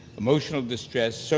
emotional disvest, so